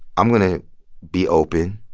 i'm going to be open,